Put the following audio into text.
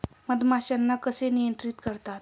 मधमाश्यांना कसे नियंत्रित करतात?